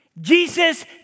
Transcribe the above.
Jesus